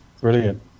Brilliant